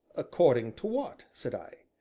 according to what? said i.